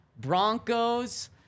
Broncos